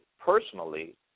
personally